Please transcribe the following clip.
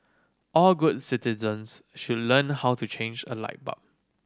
all good citizens should learn how to change a light bulb